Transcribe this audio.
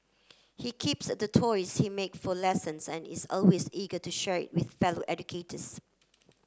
he keeps the toys he make for lessons and is always eager to share with fellow educators